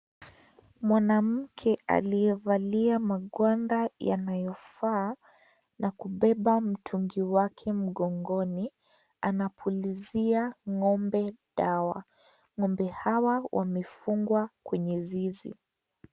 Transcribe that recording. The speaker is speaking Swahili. Mwanamke aliyevalia magwanda yanayofaa na kubeba mtungi wake mgongoni anapulizia ng'ombe dawa. Ng'ombe hawa wamefungwa kwenye zizi.